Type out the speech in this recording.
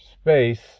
space